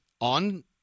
on